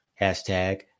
Hashtag